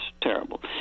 terrible